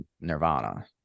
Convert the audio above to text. Nirvana